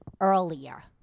earlier